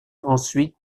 ensuite